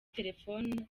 telefoni